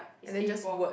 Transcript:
and then just word